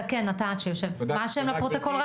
כן, מה השם לפרוטוקול.